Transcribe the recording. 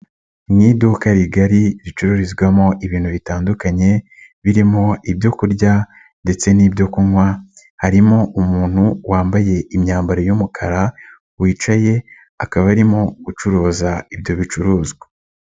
Mu iduka rigari ricururizwamo ibintu bitandukanye birimo ibyo kurya ndetse n'ibyo kunywa harimo umuntu wambaye imyambaro y'umukara wicaye akaba arimo gucuruza ibyo bicuruzwa.